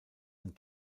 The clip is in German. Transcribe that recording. ein